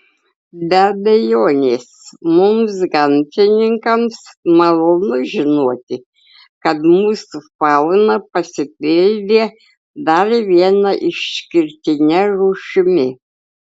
be abejonės mums gamtininkams malonu žinoti kad mūsų fauna pasipildė dar viena išskirtine rūšimi